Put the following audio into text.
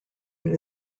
new